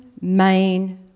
main